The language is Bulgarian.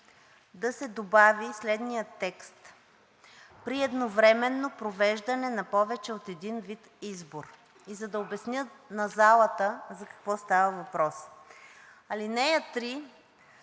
да се добави следният текст: „при едновременно провеждане на повече от един вид избор“. И да обясня на залата за какво става въпрос. Алинея 3